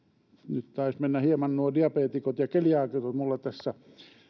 nyt taisi mennä hieman nuo diabeetikot ja keliaakikot minulla tässä